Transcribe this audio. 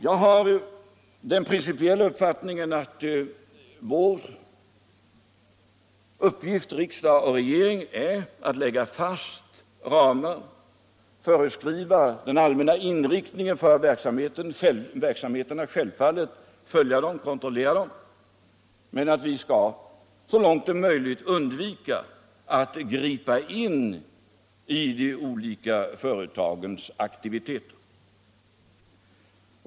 Jag har den principiella uppfattningen att riksdagens och regeringens uppgift är att lägga fast ramar. föreskriva den allmänna inriktningen för verksamheterna, följa och kontrollera dem, men att vi så långt det är möjligt skall undvika att gripa in i de olika företagens aktiviteter.